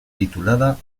titulada